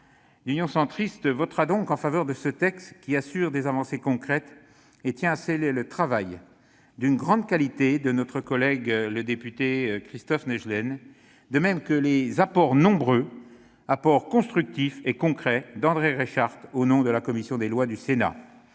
Mon groupe votera donc en faveur de ce texte, qui assure des avancées concrètes. Nous tenons à saluer le travail de grande qualité de notre collègue député Christophe Naegelen, de même que les apports, nombreux, constructifs et concrets, d'André Reichardt, au nom de la commission des lois du Sénat.